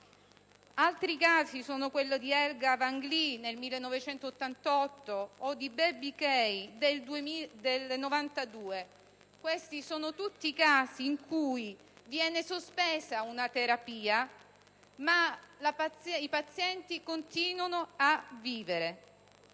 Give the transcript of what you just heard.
Altri casi sono quello di Helga Wanglie, nel 1988, o di Baby K, nel 1992. Sono tutti casi in cui viene sospesa una terapia, ma i pazienti continuano a vivere.